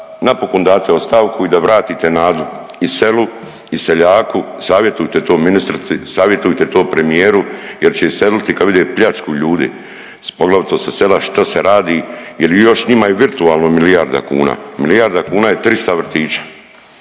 napokon date ostavku i da vratite nadu i selu i seljaku, savjetujte to ministrici, savjetujte to premijeru jer će iseliti kad vide pljačku ljudi, poglavito sa sela, šta se radi jer vi još njima i virtualno milijarda kuna, milijarda kuna je 300 vrtića.